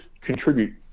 contribute